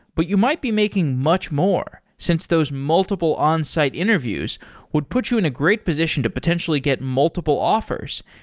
but you might be making much more since those multiple onsite interviews would put you in a great position to potentially get multiple offers,